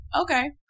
Okay